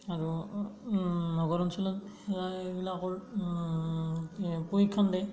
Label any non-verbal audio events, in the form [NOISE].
আৰু নগৰ অঞ্চলত [UNINTELLIGIBLE] এইগিলাকৰ প্ৰশিক্ষণ দেই